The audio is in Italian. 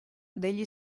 degli